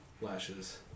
Lashes